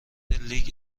لیگ